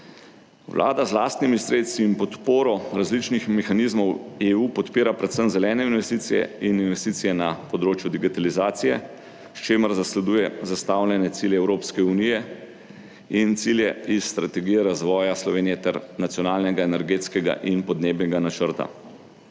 Vlada z lastnimi sredstvi in podporo različnih mehanizmov EU podpira predvsem zelene investicije in investicije na področju digitalizacije, s čimer zasleduje zastavljene cilje Evropske unije in cilje iz strategije razvoja Slovenije ter nacionalnega energetskega in podnebnega načrta.